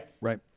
Right